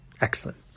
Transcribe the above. Excellent